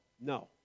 No